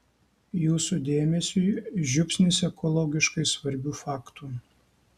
jūsų dėmesiui žiupsnis ekologiškai svarbių faktų